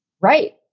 Right